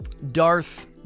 Darth